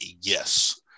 yes